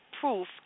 proof